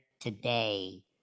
today